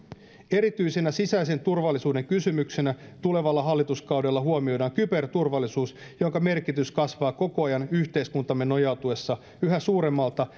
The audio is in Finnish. erityisenä sisäisen turvallisuuden kysymyksenä tulevalla hallituskaudella huomioidaan kyberturvallisuus jonka merkitys kasvaa koko ajan yhteiskuntamme nojautuessa yhä suuremmilta